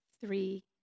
three